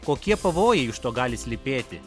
kokie pavojai už to gali slypėti